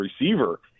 receiver